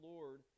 Lord